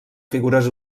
figures